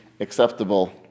acceptable